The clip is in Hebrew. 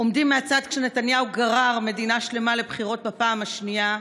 עומדים מהצד כשנתניהו גרר מדינה שלמה לבחירות בפעם השנייה,